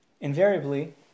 invariably